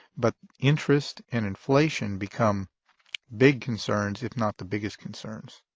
but interest and inflation become big concerns, if not the biggest concerns.